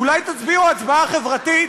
אולי תצביעו הצבעה חברתית?